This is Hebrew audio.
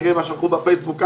תראה מה שלחו בפייסבוק.